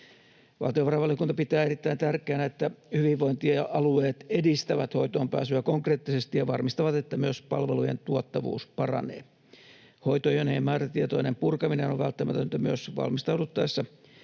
Valtiovarainvaliokunta pitää erittäin tärkeänä, että hyvinvointialueet edistävät hoitoonpääsyä konkreettisesti ja varmistavat, että myös palvelujen tuottavuus paranee. Hoitojonojen määrätietoinen purkaminen on välttämätöntä myös valmistauduttaessa